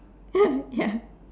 ya